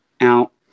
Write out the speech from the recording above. out